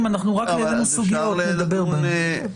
העלינו סוגיות, נדבר עליהן.